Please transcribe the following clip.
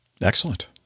Excellent